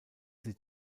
sie